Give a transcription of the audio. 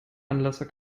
anlasser